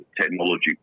technology